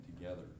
together